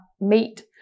meat